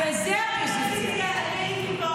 אני רציתי להגיע,